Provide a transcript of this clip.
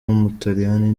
w’umutaliyani